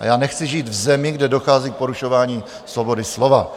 A já nechci žít v zemi, kde dochází k porušování svobody slova.